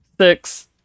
Six